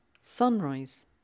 Sunrise